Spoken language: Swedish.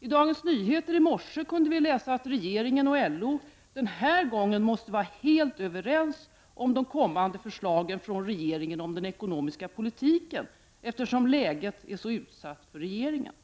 I Dagens Nyheter kunde vi i morse läsa att regeringen och LO den här gången måste vara helt överens om de kommande förslagen från regeringen om den ekonomiska politiken, eftersom läget är så utsatt för regeringen.